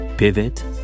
Pivot